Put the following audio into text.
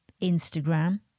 Instagram